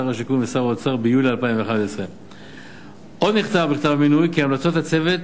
שר השיכון ושר האוצר ביולי 2011. עוד נכתב בכתב המינוי כי המלצות הצוות